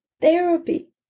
Therapy